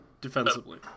defensively